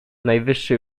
najwyższy